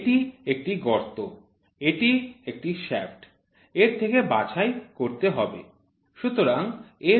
এটি একটি গর্ত এটি একটি শ্যাফ্ট এর থেকে বাছাই করতে হবে